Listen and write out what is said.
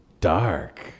Dark